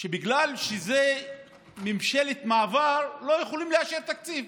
שבגלל שזה ממשלת מעבר לא יכולים לאשר תקציב.